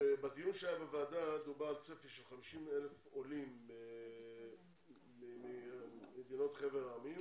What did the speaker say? בדיון שהיה בוועדה דובר על צפי של 50,000 עולים ממדינות חבר העמים